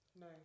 no